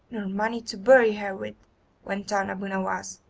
money to bury her with went on abu nowas,